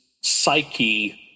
psyche